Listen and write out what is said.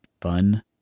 fun